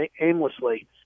aimlessly